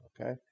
Okay